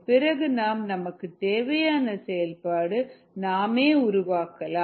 பிறகு நாம் நமக்குத் தேவையான செயல்பாடு நாமே உருவாக்கலாம்